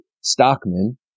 Stockman